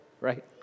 right